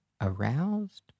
aroused